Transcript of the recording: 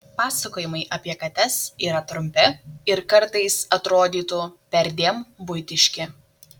pasakojimai apie kates yra trumpi ir kartais atrodytų perdėm buitiški